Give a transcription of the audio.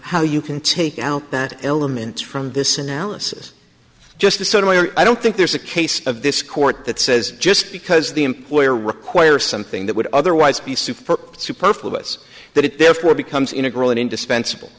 how you can take out that elements from this analysis just to sort of i don't think there's a case of this court that says just because the employer require something that would otherwise be super superfluous that it therefore becomes integral and indispensable